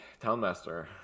Townmaster